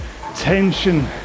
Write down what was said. tension